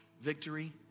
victory